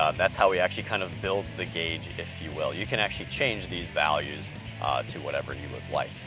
ah that's how we actually kind of build the gauge, if you will. you can actually change these values to whatever you would like.